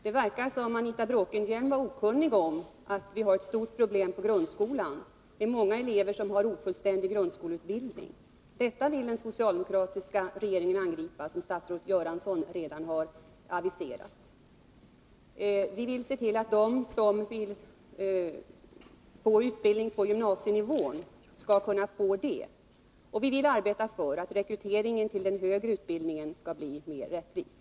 Det verkar som om Anita Bråkenhielm var okunnig om att vi har ett stort problem på grundskolans område. Det finns många som har ofullständig grundskoleutbildning. Detta vill den socialdemokratiska regeringen angripa, som statsrådet Göransson redan har aviserat. Vi vill se till att de som vill få utbildning på gymnasienivå skall kunna få det, och vi vill arbeta för att rekryteringen till den högre utbildningen skall bli mer rättvis.